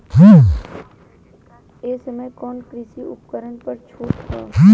ए समय कवन कवन कृषि उपकरण पर छूट ह?